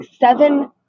seven